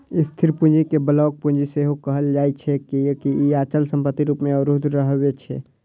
स्थिर पूंजी कें ब्लॉक पूंजी सेहो कहल जाइ छै, कियैकि ई अचल संपत्ति रूप मे अवरुद्ध रहै छै